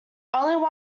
only